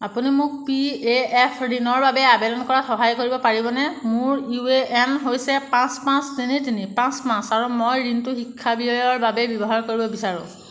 আপুনি মোক P A F ঋণৰ বাবে আবেদন কৰাত সহায় কৰিব পাৰিবনে মোৰ ইউ এ এন হৈছে পাঁচ পাঁচ তিনি তিনি পাঁচ পাঁচ আৰু মই ঋণটো শিক্ষা ব্যয়ৰ বাবে ব্যৱহাৰ কৰিব বিচাৰোঁ